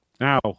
Now